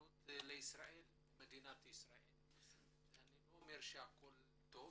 אני לא אומר שהכל טוב,